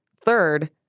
Third